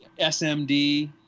SMD